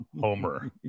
homer